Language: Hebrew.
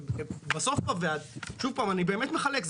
שוב פעם, אני באמת מחלק.